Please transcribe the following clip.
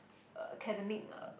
academic uh